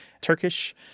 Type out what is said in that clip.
Turkish